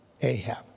Ahab